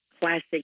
classic